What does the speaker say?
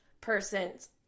person's